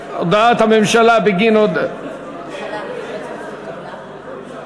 הודעת הממשלה על רצונה להחיל דין רציפות על הצעת חוק